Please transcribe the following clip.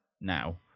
now